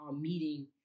meeting